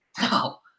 No